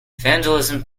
vandalism